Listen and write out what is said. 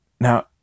Now